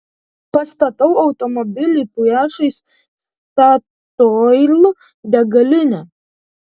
pastatau automobilį priešais statoil degalinę